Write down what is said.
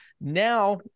now